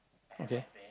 okay